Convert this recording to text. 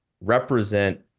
represent